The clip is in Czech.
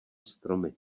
stromy